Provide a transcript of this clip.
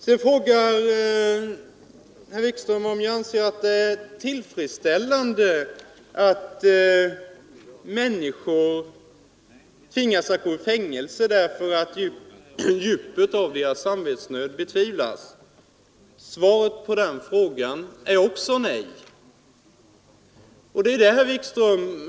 Vidare frågar herr Wikström om jag anser det vara tillfredsställande att människor tvingas gå i fängelse därför att djupet av deras samvetsnöd betvivlas. Svaret på den frågan är också nej.